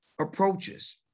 approaches